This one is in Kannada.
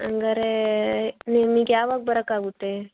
ಹಂಗಾದ್ರೆ ನಿಮಿಗೆ ಯಾವಾಗ ಬರಕ್ಕಾಗುತ್ತೆ